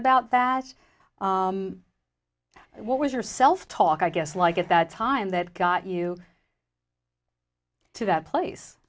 about that what was your self talk i guess like at that time that got you to that place